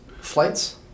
flights